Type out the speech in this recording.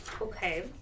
Okay